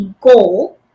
goal